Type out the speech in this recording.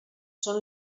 són